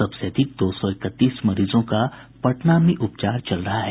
सबसे अधिक दो सौ इकतीस मरीजों का पटना में इलाज चल रहा है